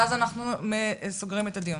ואז אנחנו סוגרים את הדיון.